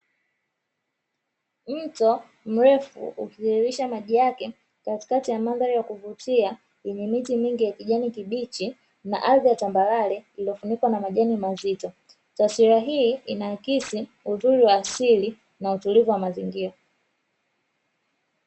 Mto mrefu ukitiririsha maji yake katikati ya mandhari ya kuvutia yenye miti mingi ya kijani kibichi na ardhi ya tambarare iliyofunikwa na majani mazito; taswira hii inaakisi uzuri wa asili na utulivu wa mazingira.